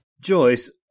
Joyce